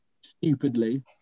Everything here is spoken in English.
Stupidly